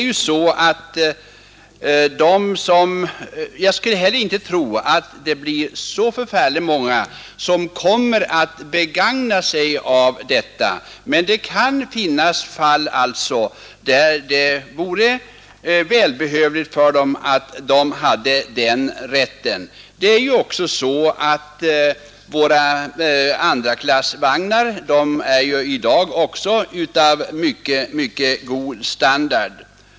Jag tror inte att så förfärligt många skulle utnyttja denna möjlighet, men det kan finnas fall där det vore välbehövligt för dem att ha rätt att resa i första klass, även om våra andraklassvagnar i dag är av mycket god standard.